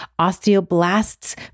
osteoblasts